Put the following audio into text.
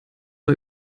war